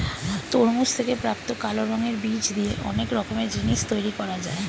তরমুজ থেকে প্রাপ্ত কালো রঙের বীজ দিয়ে অনেক রকমের জিনিস তৈরি করা যায়